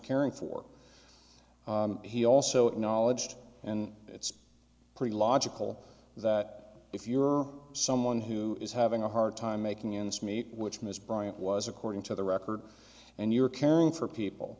caring for he also acknowledged and it's pretty logical that if you're someone who is having a hard time making ends meet which mr bryant was according to the record and you're caring for people